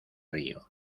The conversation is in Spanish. río